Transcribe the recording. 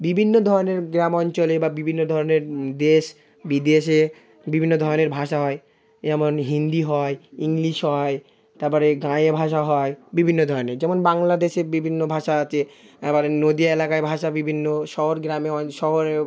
বিভিন্ন ধরনের গ্রাম অঞ্চলে বা বিভিন্ন ধরনের দেশ বিদেশে বিভিন্ন ধরনের ভাষা হয় যেমন হিন্দি হয় ইংলিশ হয় তারপরে গাঁয়ের ভাষা হয় বিভিন্ন ধরনের যেমন বাংলাদেশের বিভিন্ন ভাষা আছে আবার নদীয়া এলাকায় ভাষা বিভিন্ন শহর গ্রামে অন্য শহরেও